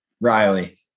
Riley